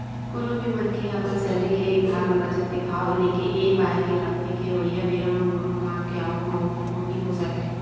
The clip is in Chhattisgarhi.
कोनो भी मनखे ह अपन सैलरी के एक भाग ल बचत के भाव लेके ए पाय के रखथे के अवइया बेरा म कोनो काम के आवब म ओखर पूरति होय सकय